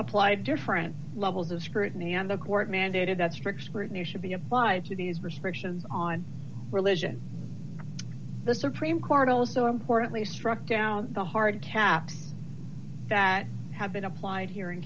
apply different levels of scrutiny and the court mandated that strict scrutiny should be applied to these restrictions on religion the supreme court also importantly struck down the hard that have been applied here in